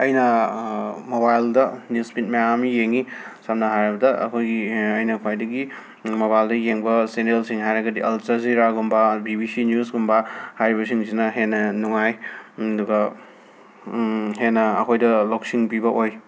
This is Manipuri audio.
ꯑꯩꯅ ꯃꯣꯕꯥꯏꯜꯗ ꯅꯤꯌꯨꯁ ꯐꯤꯠ ꯃꯌꯥꯝ ꯌꯦꯡꯏ ꯁꯝꯅ ꯍꯥꯏꯔꯕꯗ ꯑꯩꯈꯣꯏꯒꯤ ꯑꯩꯅ ꯈ꯭ꯋꯥꯏꯗꯒꯤ ꯃꯣꯕꯥꯏꯜꯗ ꯌꯦꯡꯕ ꯆꯦꯅꯦꯜꯁꯤꯡ ꯍꯥꯏꯔꯒꯗꯤ ꯑꯜ ꯆꯖꯤꯔꯥꯒꯨꯝꯕ ꯕꯤ ꯕꯤ ꯁꯤ ꯅ꯭ꯌꯨꯁꯀꯨꯝꯕ ꯍꯥꯏꯔꯤꯕꯁꯤꯡꯁꯤꯅ ꯍꯦꯟꯅ ꯅꯨꯡꯉꯥꯏ ꯑꯗꯨꯒ ꯍꯦꯟꯅ ꯑꯩꯈꯣꯏꯗ ꯂꯧꯁꯤꯡ ꯄꯤꯕ ꯑꯣꯏ